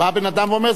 בא בן-אדם ואומר,